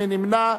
מי נמנע?